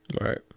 Right